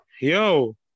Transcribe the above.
Yo